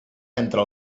estre